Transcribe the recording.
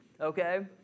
okay